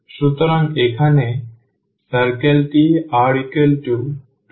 সুতরাং এখানে cicle টি r2cos